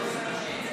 הוועדה,